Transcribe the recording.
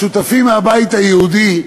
השותפים מהבית היהודי,